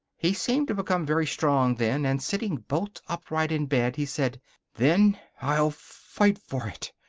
he seemed to become very strong then, and sitting bolt upright in bed, he said then i'll fight for it!